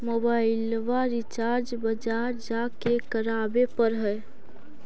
मोबाइलवा रिचार्ज बजार जा के करावे पर है?